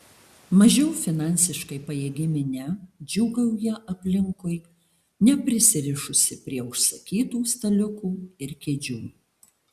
mažiau finansiškai pajėgi minia džiūgauja aplinkui neprisirišusi prie užsakytų staliukų ir kėdžių